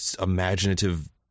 imaginative